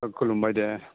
खुलुमाबय दे